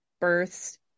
births